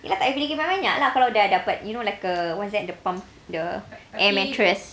ya lah tak payah fikir banyak-banyak lah kalau dah dapat you know like a what's that the pump the air mattress